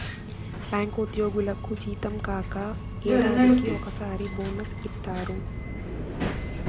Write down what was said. bank ఉద్యోగులకు జీతం కాక ఏడాదికి ఒకసారి బోనస్ ఇత్తారు